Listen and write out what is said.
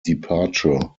departure